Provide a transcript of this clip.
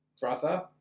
brother